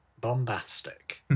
bombastic